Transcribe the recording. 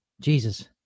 Jesus